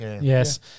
Yes